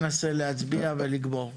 ננסה להצביע ולגמור.